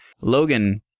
Logan